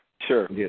Sure